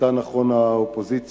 עשתה נכון האופוזיציה,